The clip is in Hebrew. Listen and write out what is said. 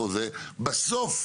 בסוף,